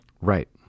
right